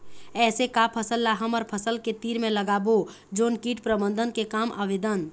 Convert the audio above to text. ऐसे का फसल ला हमर फसल के तीर मे लगाबो जोन कीट प्रबंधन के काम आवेदन?